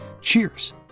Cheers